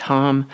Tom